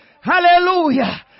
Hallelujah